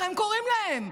ככה הם קוראים להם,